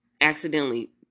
accidentally